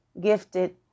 gifted